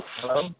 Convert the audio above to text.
Hello